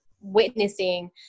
witnessing